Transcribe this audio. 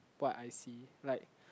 what I see like